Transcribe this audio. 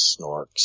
Snorks